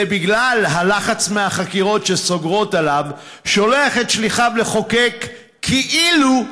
בגלל הלחץ מהחקירות שסוגרות עליו הוא שולח את שליחיו לחוקק כאילו-חוקים.